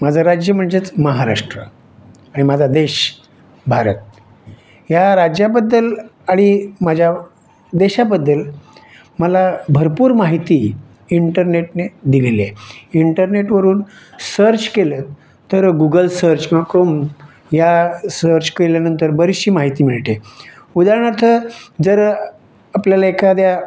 माझं राज्य म्हणजेच महाराष्ट्र आणि माझा देश भारत या राज्याबद्दल आणि माझ्या देशाबद्दल मला भरपूर माहिती इंटरनेटने दिलेली आहे इंटरनेटवरून सर्च केलं तर गुगल सर्च क करून या सर्च केल्यानंतर बरीचशी माहिती मिळते उदाहरणार्थ जर आपल्याला एखाद्या